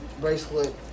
bracelet